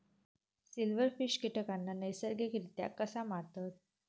Silverfish कीटकांना नैसर्गिकरित्या कसा मारतत?